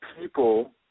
people